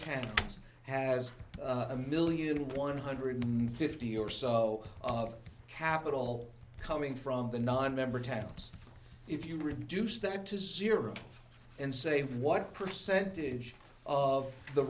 town has a million one hundred fifty or so of capital coming from the nonmember towns if you reduce that to zero and say what percentage of the